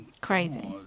crazy